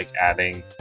adding